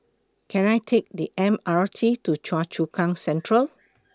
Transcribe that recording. Can I Take The M R T to Choa Chu Kang Central